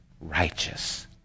righteous